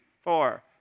four